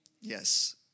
Yes